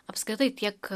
apskritai tiek